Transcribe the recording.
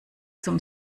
zum